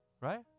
Right